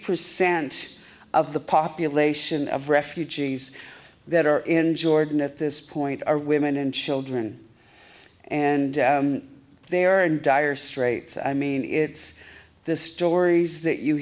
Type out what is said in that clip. percent of the population of refugees that are in jordan at this point are women and children and they are in dire straits i mean it's the stories that you